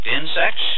insects